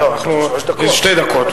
לא, יש שלוש דקות.